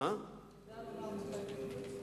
אתה יודע לומר מתי בדיוק?